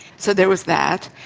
so there was that.